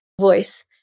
voice